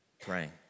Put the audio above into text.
praying